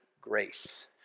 grace